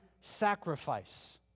sacrifice